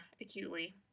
acutely